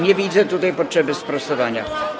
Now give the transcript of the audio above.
Nie widzę tutaj potrzeby sprostowania.